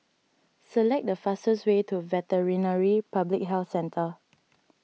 select the fastest way to Veterinary Public Health Centre